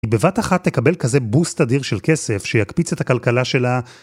בבת אחת תקבל כזה בוסט אדיר של כסף, שיקפיץ את הכלכלה שלה.